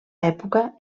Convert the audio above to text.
època